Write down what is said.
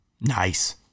Nice